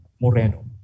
Moreno